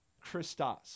Christos